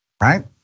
right